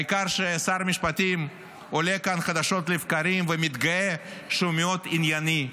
העיקר ששר המשפטים עולה כאן חדשות לבקרים ומתגאה שהוא מאוד ענייני.